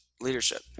leadership